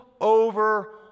over